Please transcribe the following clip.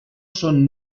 són